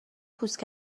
پوست